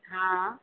હા